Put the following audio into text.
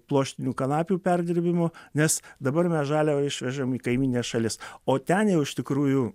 pluoštinių kanapių perdirbimo nes dabar mes žaliavą išvežam į kaimynines šalis o ten jau iš tikrųjų